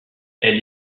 elle